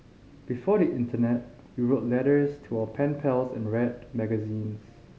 before the internet we wrote letters to our pen pals and read magazines